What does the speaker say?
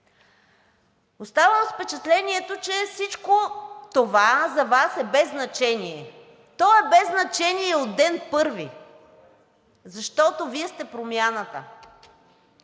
Оставам с впечатлението, че всичко това за Вас е без значение. То е без значение от ден първи, защото Вие сте Промяната.